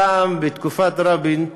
פעם, בתקופת רבין,